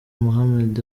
mohammed